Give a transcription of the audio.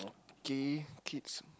K kids